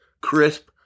crisp